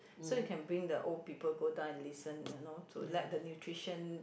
so you can bring the old people go down and listen you know to let the nutrition